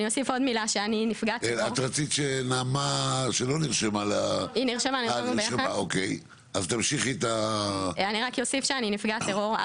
אני רק אוסיף שאני נפגעת טרור,